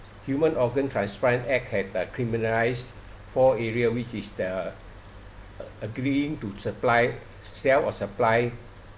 human organ transplant act had uh criminalise four area which is the agreeing to supply sale or supply